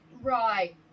Right